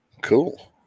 Cool